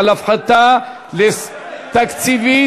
על הפחתה תקציבית,